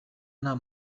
nta